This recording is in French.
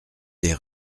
des